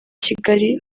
kigali